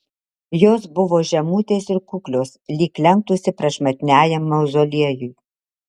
jos buvo žemutės ir kuklios lyg lenktųsi prašmatniajam mauzoliejui